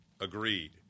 agreed